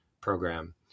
program